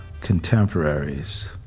contemporaries